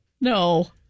No